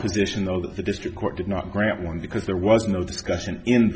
position though that the district court did not grant one because there was no discussion in